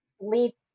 leads